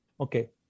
okay